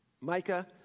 Micah